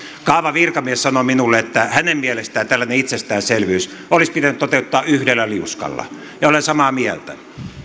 kaavavirkamies sanoi minulle että hänen mielestään tällainen itsestäänselvyys olisi pitänyt toteuttaa yhdellä liuskalla ja olen samaa mieltä